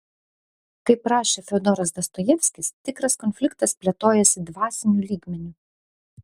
kaip rašė fiodoras dostojevskis tikras konfliktas plėtojasi dvasiniu lygmeniu